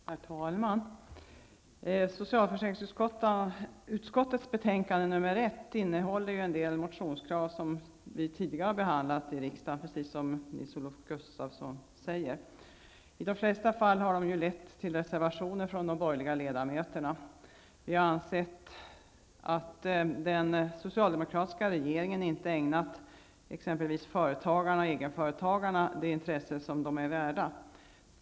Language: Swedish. Herr talman! Socialförsäkringsutskottets betänkande nr 1 innehåller en del motionskrav som tidigare behandlats i riksdagen, precis som Nils Olof Gustafsson säger. I de flesta fall har de lett till reservationer från de borgerliga ledamöterna. Vi har ansett att den socialdemokratiska regeringen inte ägnat exempelvis företagarna och egenföretagarna det intresse som de är värda.